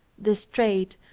this trait,